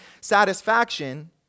satisfaction